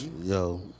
yo